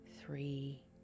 three